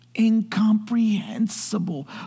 Incomprehensible